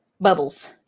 Bubbles